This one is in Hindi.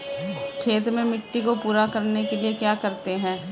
खेत में मिट्टी को पूरा करने के लिए क्या करते हैं?